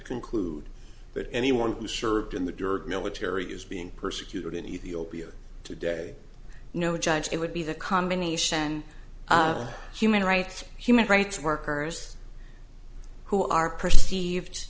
conclude that anyone who served in the dirt military is being persecuted in ethiopia today no judge it would be the combination of human rights human rights workers who are perceived